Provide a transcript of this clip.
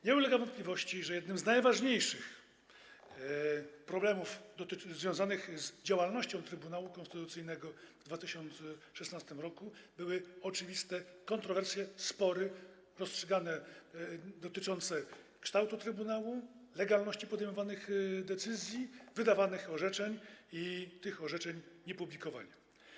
Nie ulega wątpliwości, że jednym z najważniejszych problemów związanych z działalnością Trybunału Konstytucyjnego w 2016 r. były oczywiste kontrowersje, spory dotyczące kształtu trybunału i legalności podejmowanych decyzji i wydawanych orzeczeń, a także tych orzeczeń niepublikowanie.